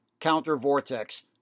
countervortex